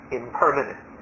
impermanent